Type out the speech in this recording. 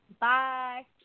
Bye